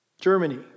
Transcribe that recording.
Germany